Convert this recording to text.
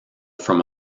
from